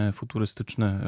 futurystyczne